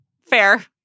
fair